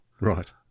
Right